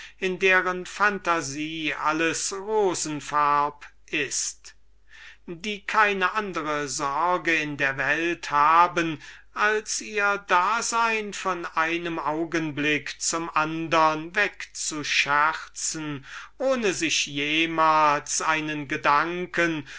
in deren phantasie alles rosenfarb ist und welche keine andre sorge in der welt haben als ihr dasein von einem augenblick zum andern wegzuscherzen ohne sich jemals einen gedanken